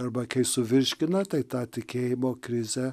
arba kai suvirškina tai tą tikėjimo krizę